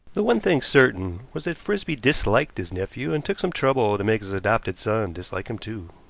the one thing certain was that frisby disliked his nephew and took some trouble to make his adopted son dislike him too.